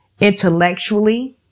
intellectually